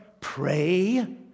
Pray